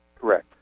Correct